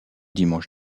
dimanche